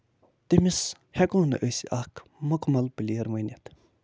تٔمِس ہٮ۪کو نہٕ أسۍ اکھ مُکمل پِلیر ؤنِتھ